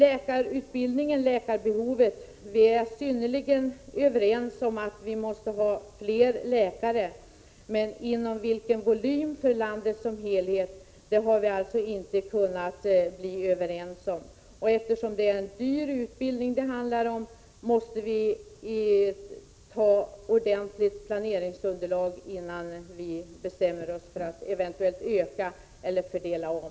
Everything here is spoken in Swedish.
Vi är helt överens om att vi behöver fler läkare, men vi har däremot inte kunnat ena oss om utbildningsvolymen för landet som helhet. Eftersom det är en dyr utbildning måste vi ha ordentligt planeringsunderlag innan vi bestämmer oss för att eventuellt öka eller fördela om.